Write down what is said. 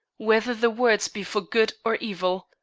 whether the words be for good or evil.